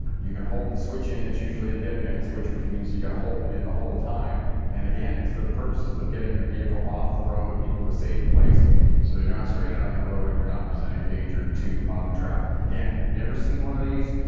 you can hold the switch in. it's usually a deadman switch, which means you gotta hold it in the whole time and again it's for the purposes of getting your vehicle off the road into a safe place, so you're not stranded on the road and you're not presenting a danger to other traffic. again never seen one of these.